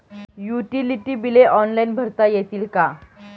Utility बिले online भरता येतील का?